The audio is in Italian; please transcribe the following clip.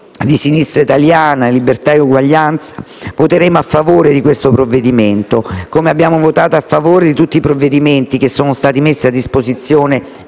di Sinistra Italiana-Libertà e Uguaglianza, voteremo a favore di questo provvedimento, come abbiamo votato a favore di tutti i provvedimenti che sono stati messi a disposizione